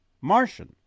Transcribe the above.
Martian